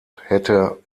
hätte